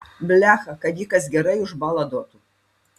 blecha kad jį kas gerai užbaladotų